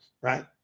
right